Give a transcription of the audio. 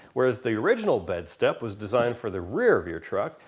whereas the original bedstep was designed for the rear of your truck,